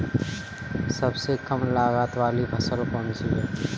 सबसे कम लागत वाली फसल कौन सी है?